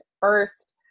first